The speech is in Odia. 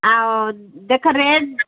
ଆଉ ଦେଖ ରେଟ୍